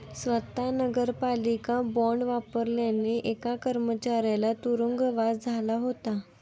स्वत नगरपालिका बॉंड वापरल्याने एका कर्मचाऱ्याला तुरुंगवास झाला होता